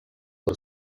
por